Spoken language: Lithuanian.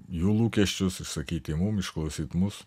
jų lūkesčius išsakyti mum išklausyt mus